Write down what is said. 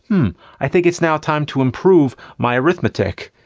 i think it's now time to improve my arithmetic.